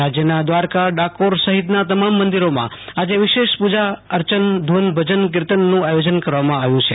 રાજયના દ્રારકાડાકોર સહિતના તમામ મંદિરોમાં આજે વિશેષ પુજા અર્ચન ધુ નુભજન કિર્તનનું આયોજન કરવામાં આવ્યુ છે